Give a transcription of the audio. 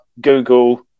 Google